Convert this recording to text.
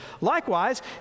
Likewise